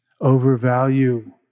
Overvalue